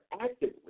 actively